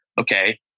okay